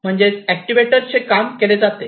म्हणजेच एक्टिवेटर चे काम केले जाते